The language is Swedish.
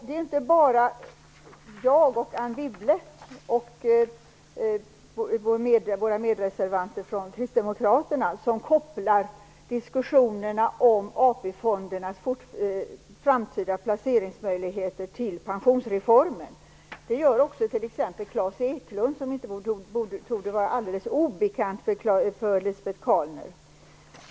Det är inte bara jag, Anne Wibble och våra medreservanter från Kristdemokraterna som kopplar diskussionerna om AP-fondernas framtida placeringsmöjligheter till pensionsreformen. Det gör också t.ex. Klas Eklund som inte torde vara alldeles obekant för Lisbet Calner.